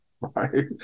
right